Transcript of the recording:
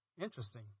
interesting